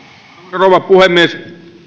rouva puhemies